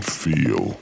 feel